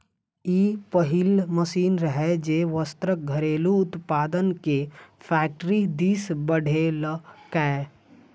ई पहिल मशीन रहै, जे वस्त्रक घरेलू उत्पादन कें फैक्टरी दिस बढ़ेलकै